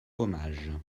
hommage